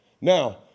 Now